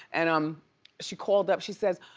and um she called up she says,